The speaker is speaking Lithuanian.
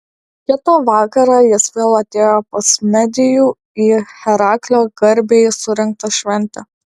kitą vakarą jis vėl atėjo pas medijų į heraklio garbei surengtą šventę